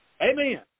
Amen